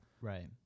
Right